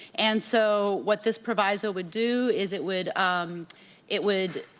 and so, what this proviso would do is, it would um it would